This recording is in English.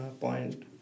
point